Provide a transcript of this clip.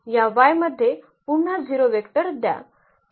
या Y मध्ये पुन्हा 0 वेक्टर द्या